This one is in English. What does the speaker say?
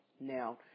Now